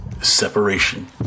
Separation